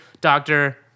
doctor